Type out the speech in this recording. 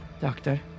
Doctor